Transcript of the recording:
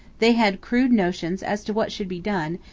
they had crude notions as to what should be done,